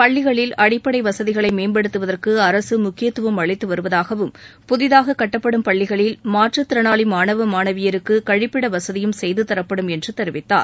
பள்ளிகளில் அடிப்படை வசதிகளை மேம்படுத்துவதற்கு அரசு முக்கியத்துவம் அளித்து வருவதாகவும் புதிதாக கட்டப்படும் பள்ளிகளில் மாற்றுத் திறனாளி மாணவ மாணவியருக்கு கழிப்பிட வசதியும் செய்துதரப்படும் என்று தெரிவித்தார்